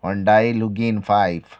Hyundai लुगीन five